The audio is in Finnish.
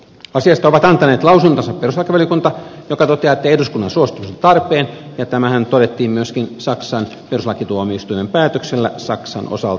asiasta on antanut lausuntonsa perustuslakivaliokunta joka toteaa että eduskunnan suostumus on tarpeen tämähän todettiin myöskin saksan perustuslakituomioistuimen päätöksellä saksan osalta